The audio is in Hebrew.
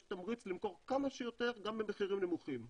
תמריץ למכור כמה שיותר גם במחירים נמוכים,